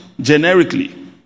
Generically